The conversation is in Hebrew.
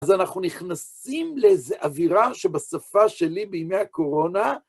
אז אנחנו נכנסים לאיזו אווירה שבשפה שלי בימי הקורונה...